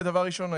ראשית,